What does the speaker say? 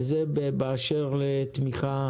וזה באשר לתמיכה